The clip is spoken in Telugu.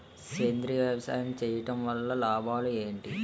సేంద్రీయ వ్యవసాయం చేయటం వల్ల లాభాలు ఏంటి?